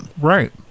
Right